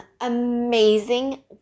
amazing